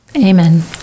Amen